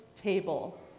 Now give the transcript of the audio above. table